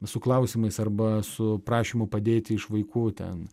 su klausimais arba su prašymu padėti iš vaikų ten